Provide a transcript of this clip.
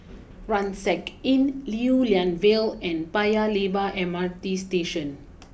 Rucksack Inn Lew Lian Vale and Paya Lebar M R T Station